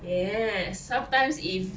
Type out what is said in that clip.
yes sometimes if